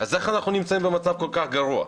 אז איך אנחנו נמצאים במצב כל כך גרוע?